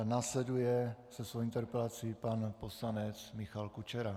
Následuje se svou interpelací pan poslanec Michal Kučera.